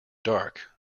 dark